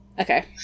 Okay